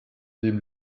dem